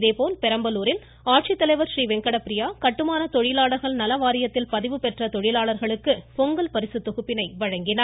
இதேபோல் பெரம்பலூர் மாவட்ட ஆட்சித்தலைவர் றீவெங்கடப்பிரியா கட்டுமான தொழிலாளர்கள் நலவாரியத்தில் பதிவுபெற்ற தொழிலாளர்களுக்கு பொங்கல் பரிசுத் தொகுப்பினை வழங்கினார்